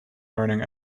learning